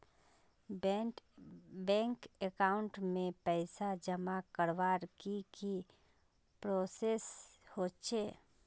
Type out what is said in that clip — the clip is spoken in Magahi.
बैंक अकाउंट में पैसा जमा करवार की की प्रोसेस होचे?